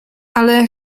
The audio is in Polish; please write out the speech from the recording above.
ale